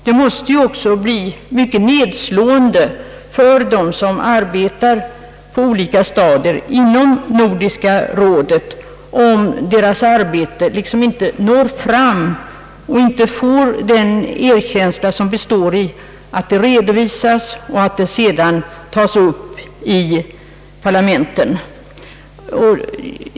Det måste också verka mycket nedslående för dem som arbetar på olika stadier inom Nordiska rådet om deras arbete inte når fram och inte visas den erkänsla som består i att det redovisas och tas upp i parlamenten.